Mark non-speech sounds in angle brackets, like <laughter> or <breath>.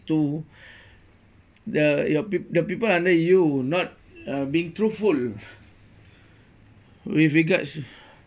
to <breath> the your peop~ the people under you not uh being truthful with regards